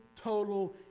total